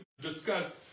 discussed